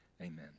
amen